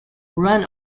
run